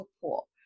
pool